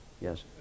Yes